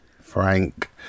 Frank